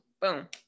boom